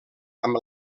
amb